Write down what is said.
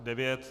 9.